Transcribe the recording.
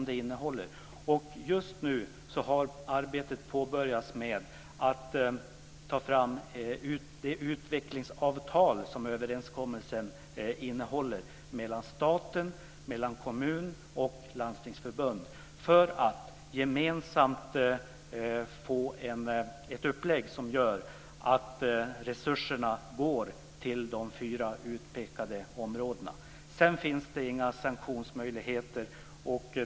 Just nu har arbetet påbörjats med att ta fram det utvecklingsavtal som överenskommelsen mellan staten, kommunerna och Landstingförbundet innehåller; detta för att gemensamt få ett upplägg som är sådant att resurserna går till de fyra utpekade områdena. Vidare finns det inga sanktionsmöjligheter.